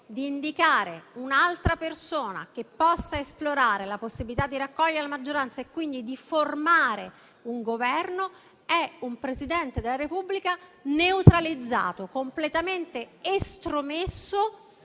di indicare un'altra persona che possa esplorare la possibilità di raccogliere la maggioranza e quindi di formare un Governo è un Presidente della Repubblica neutralizzato, completamente estromesso